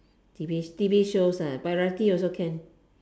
T_V T_V shows ah variety also can